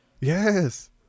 Yes